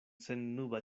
sennuba